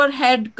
head